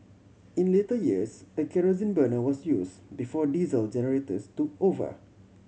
in later years a kerosene burner was use before diesel generators took over